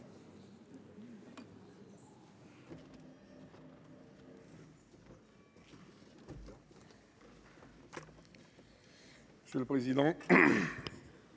Monsieur le président,